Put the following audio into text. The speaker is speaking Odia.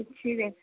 କିଛିରେ